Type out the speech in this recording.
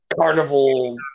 carnival